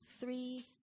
three